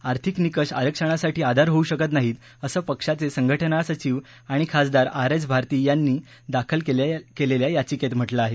आर्थिक निकष आरक्षणासाठी आधार होऊ शकत नाही असं पक्षाचे संघटना सचिव आणि खासदार आर एस भारती यांनी दाखल केलेल्या याचिकेत म्हटलं आहे